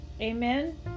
Amen